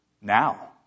now